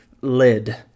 lid